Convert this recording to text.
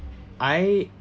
I